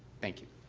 thank you.